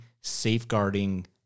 safeguarding